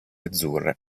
azzurre